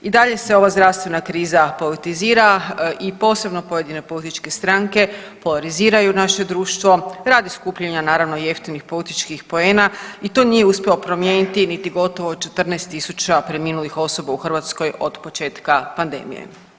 I dalje se ova zdravstvena kriza politizira i posebno pojedine političke stranke polariziraju naše društvo radi skupljanja naravno jeftinih političkih pojena i to nije uspjelo promijeniti niti gotovo 14.000 preminulih osoba u Hrvatskoj od početka pandemije.